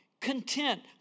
Content